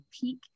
peak